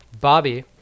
Bobby